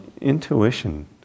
intuition